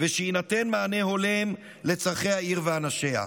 וכדי שיינתן מענה הולם לצורכי העיר ואנשיה.